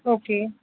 okay